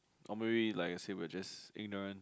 or maybe like I say we are just ignorant